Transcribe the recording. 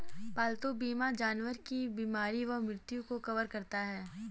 पालतू बीमा जानवर की बीमारी व मृत्यु को कवर करता है